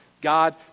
God